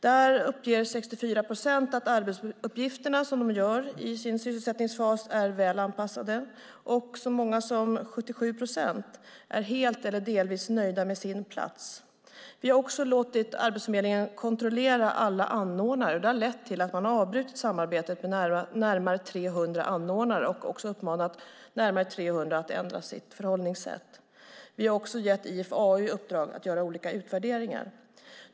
Där uppger 64 procent att de arbetsuppgifter som de har i sin sysselsättningsfas är väl anpassade, och så många som 77 procent är helt eller delvis nöjda med sin plats. Vi har låtit Arbetsförmedlingen kontrollera alla anordnare. Det har lett till att man har avbrutit samarbetet med närmare 300 anordnare och uppmanat närmare 300 att ändra sitt förhållningssätt. Vi har också gett IFAU i uppdrag att göra olika utvärderingar.